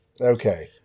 Okay